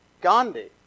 Gandhi